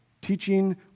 Teaching